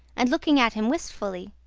and looking at him wistfully.